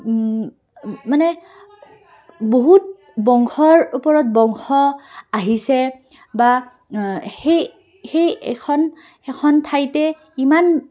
মানে বহুত বংশৰ ওপৰত বংশ আহিছে বা সেই সেই এখন এখন ঠাইতে ইমান